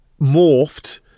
morphed